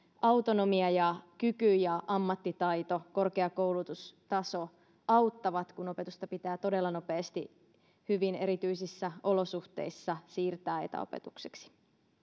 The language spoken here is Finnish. autonomia ja kyky ja ammattitaito korkea koulutustaso auttavat kun opetusta pitää todella nopeasti hyvin erityisissä olosuhteissa siirtää etäopetukseksi